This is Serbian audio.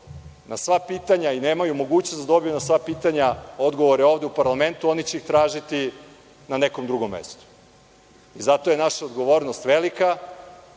na sva pitanja i nemaju mogućnost da dobiju na sva pitanja odgovore ovde u parlamentu, oni će ih tražiti na nekom drugom mestu. Zato je naša odgovornost velika,